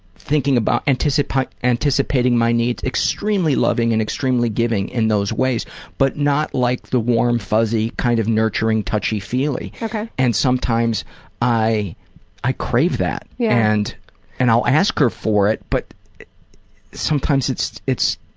thinking about anticipating anticipating my needs. extremely loving and extremely giving in those ways but not like the warm fuzzy kind of nurturing touchy-feely and sometimes i i crave that. yeah and and i'll ask her for it but sometimes it's it's